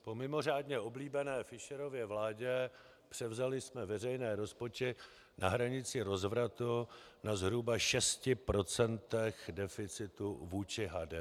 Po mimořádně oblíbené Fischerově vládě převzali jsme veřejné rozpočty na hranici rozvratu na zhruba 6 % deficitu vůči HDP.